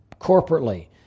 corporately